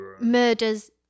murders